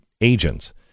agents